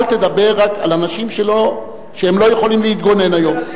אל תדבר רק על אנשים שלא יכולים להתגונן היום.